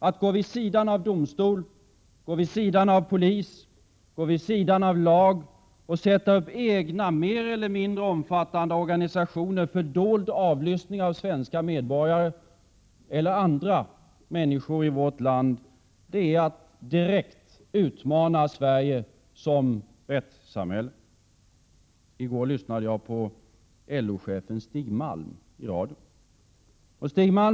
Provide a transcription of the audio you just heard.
Att gå vid sidan av domstol, av polisen och av lagen och att åstadkomma egna, mer eller mindre omfattande organisationer för dold avlyssning av svenska medborgare eller andra människor i vårt land är att direkt utmana Sverige som rättssamhälle. I går lyssnade jag på LO-chefen Stig Malm i radion.